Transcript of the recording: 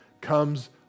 comes